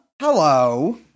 Hello